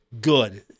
good